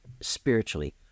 spiritually